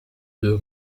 deux